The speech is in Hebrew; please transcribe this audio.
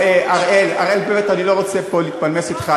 אראל, אני לא רוצה פה להתפלמס אתך.